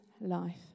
life